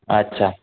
अच्छा